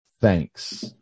Thanks